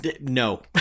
no